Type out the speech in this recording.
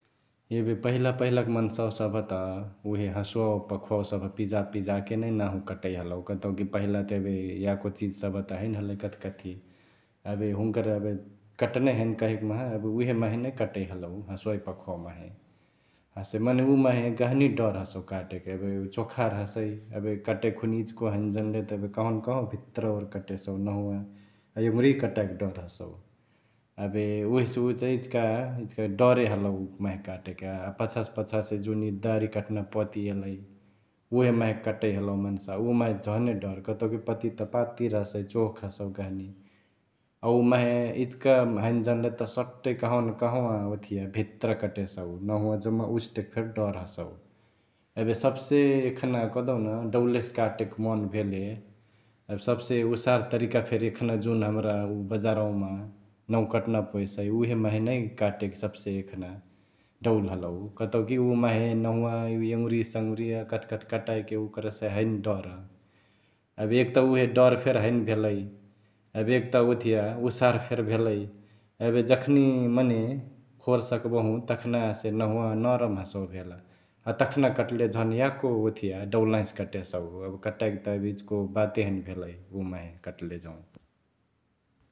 एबे पहिला पहिलाक मन्सवा सभ त उहे हसुवावा पखुवावा सभ पिजपिजा के नै नांहु कटई हलउ कतौकी पहिला त एबे याको चिज सभ त हैने हलई कथिकथी । एबे हुन्कर एबे कटनै हैने कहैक माहा एबे उहे माहे नै कटई हलउ हसुवावा पखुवावा माहे । हसे मने उ माहे गहनी डर हसउ कटेके एबे चोखार हसै एबे कटैक खुनि इचिको हैने जन्ले त कहनकहंवा भित्रा ओर कटेसउ नंहुवा अ एङुरिया कटाइके डर हसौ । एबे उहेसे उ चैं इचिका...इचिका डरे हलउ उ माहे काटेके । अ पछासे पछासे जुन इ दर्ही कटना पती एलई, उहे माहे कटै हलौ मन्सवा उ माहे झने डर कतौकी पतिया त पातिर हसै चोख हसौ गहनी । उ माहे इचिका हैने जन्ले त स्वांटै कहनकहंवा ओथिया भित्रा कटसउ, नंहुवा जम्मा उजेटेके फेरी डर हसउ । एबे सब्से एखना कहदेउन डौलेसे कटेके मन भेले एबे सबसे उसार तरिका फेरी एखना जुन हमरा उ बजारवामा नंहुकटना पोएसई उहे माहे नै काटेके सब्से एखना डौल हलउ कतउ कि उ माहे नंहुवा, एङुरिसेङुरिया कथिकथी कटएके ओकरेसे हैने डर । एबे एक त उहे डर फेरी हैने भेलई एबे एक त उसार फेरी भेलई । एबे जखनी मने खोर सकबंहु तखना नंहुवा नरम हसउ भेल तखना कट्ले झन याको ओथिया डौलाहिसे कटेसउ । एबे कटईके त इचिको बाते हैने भेलई उ माहे कटले जौं ।